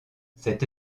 cette